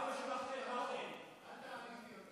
לאבא שלך כן, לך לא,